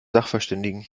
sachverständigen